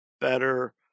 better